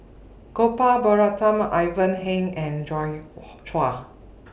Gopal Baratham Ivan Heng and Joi Chua